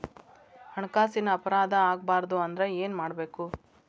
ಹಣ್ಕಾಸಿನ್ ಅಪರಾಧಾ ಆಗ್ಬಾರ್ದು ಅಂದ್ರ ಏನ್ ಮಾಡ್ಬಕು?